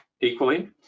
equally